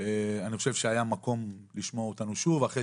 אני חושב שהיה מקום לשמוע אותנו שוב אחרי